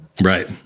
Right